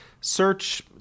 search